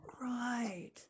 right